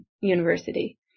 university